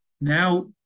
Now